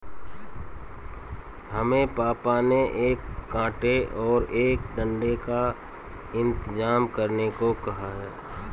हमें पापा ने एक कांटे और एक डंडे का इंतजाम करने को कहा है